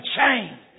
change